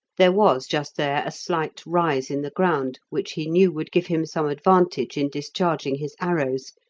there was just there a slight rise in the ground, which he knew would give him some advantage in discharging his arrows,